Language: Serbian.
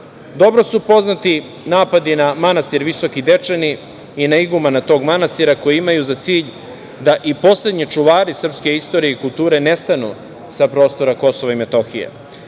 Dobro su poznati napadi na manastir Visoki Dečani i na igumana tog manastira, koji imaju za cilj da i poslednji čuvari srpske istorije i kulture nestanu sa prostora KiM.Zatim,